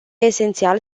esențial